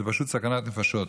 זה פשוט סכנת נפשות.